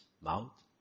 mouth